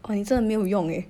oh 你真的没有用 eh